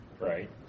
Right